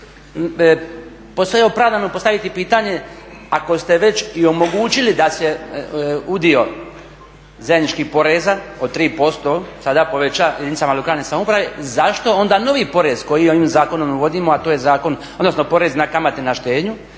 Opravdano je postaviti pitanje, ako ste već i omogućili da se udio zajedničkih poreza od 3% sada poveća jedinicama lokalne samouprave, zašto onda novi porez koji ovim zakonom uvodimo, a to je porez na, odnosno kamate na štednju,